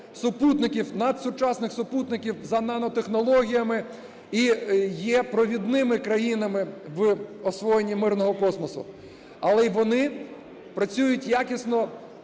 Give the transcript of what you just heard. надсучасних супутників за нанотехнологіями, і є провідними країнами в освоєні мирного космосу, але і вони працюють якісно